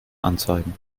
anzeigen